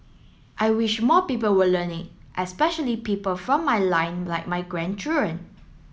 I wish more people will learn it especially people from my line like my grandchildren